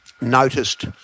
noticed